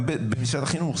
גם במשרד החינוך,